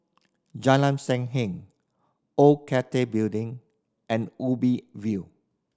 Jalan Sam Heng Old Cathay Building and Ubi View